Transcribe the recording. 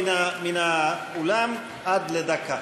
מן האולם, עד דקה.